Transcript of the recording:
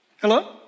Hello